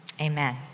amen